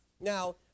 Now